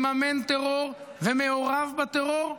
מממן טרור ומעורב בטרור.